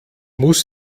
muss